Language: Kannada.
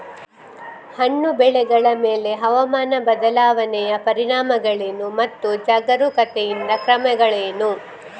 ಹಣ್ಣು ಬೆಳೆಗಳ ಮೇಲೆ ಹವಾಮಾನ ಬದಲಾವಣೆಯ ಪರಿಣಾಮಗಳೇನು ಮತ್ತು ಜಾಗರೂಕತೆಯಿಂದ ಕ್ರಮಗಳೇನು?